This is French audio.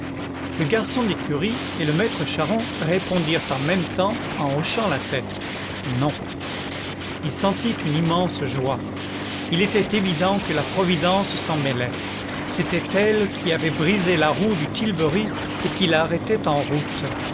le garçon d'écurie et le maître charron répondirent en même temps en hochant la tête non il sentit une immense joie il était évident que la providence s'en mêlait c'était elle qui avait brisé la roue du tilbury et qui l'arrêtait en route